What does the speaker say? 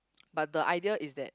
but the idea is that